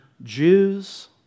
Jews